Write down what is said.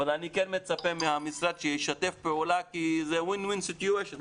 אבל אני כן מצפה מהמשרד שישתף פעולה כי זה win win situation.